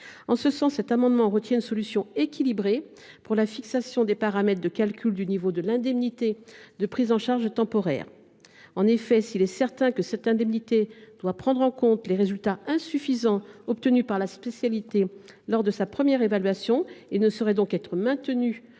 travers de cet amendement, c’est une solution équilibrée pour la fixation des paramètres de calcul du niveau de l’indemnité de prise en charge temporaire qui est retenue. En effet, s’il est certain que cette indemnité doit prendre en compte les résultats insuffisants obtenus par la spécialité lors de sa première évaluation et ne saurait donc être maintenue